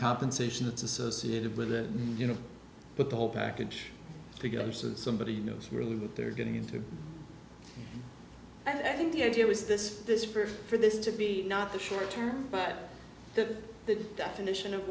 compensation that's associated with it you know but the whole package together so that somebody knows really what they're getting into i think the idea was this this for for this to be not the short term that the definition of